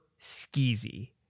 skeezy